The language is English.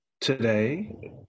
today